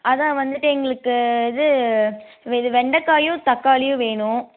அதான் வந்துவிட்டு எங்களுக்கு இது வி இது வெண்டைக்காயும் தக்காளியும் வேணும்